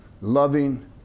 loving